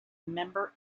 member